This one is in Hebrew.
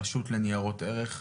הרשות לניירות ערך,